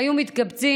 היו מתקבצים.